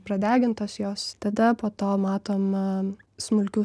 pradegintos jos tada po to matoma smulkių